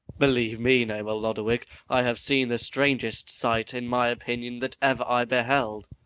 believe me, noble lodowick, i have seen the strangest sight, in my opinion, that ever i beheld.